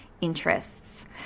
interests